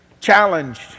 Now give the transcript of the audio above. challenged